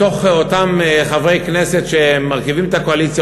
מתוך אותם חברי כנסת שמרכיבים את הקואליציה,